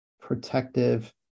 protective